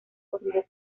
corrido